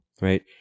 right